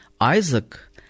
Isaac